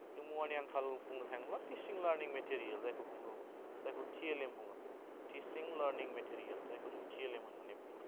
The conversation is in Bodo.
जों मुवानि आंखाल बुंनो थाङोब्ला टिसिं लारनिं मेटेरियेल जायखौ बुङो जायखौ टिएलएम बुङो टिसिं लारनिं मेटिरियेल जायखौ जों टिएलएम होनानै बुङो